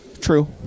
True